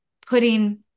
putting